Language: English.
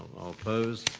all opposed?